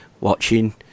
watching